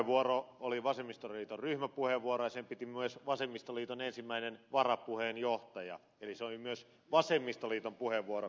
puheenvuoro oli vasemmistoliiton ryhmäpuheenvuoro ja sen piti myös vasemmistoliiton ensimmäinen varapuheenjohtaja eli se oli myös vasemmistoliiton puheenvuoro